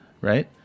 right